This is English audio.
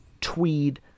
tweed